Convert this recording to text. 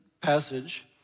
passage